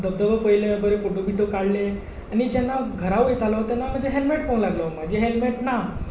धबधबो पयलो बरे फोटो बिटो काडले आनी जेन्ना घरा वयतालो तेन्ना म्हाजे हेल्मेट पळोवंक लागलो म्हजें हेल्मेट ना